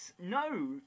no